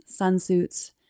sunsuits